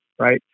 Right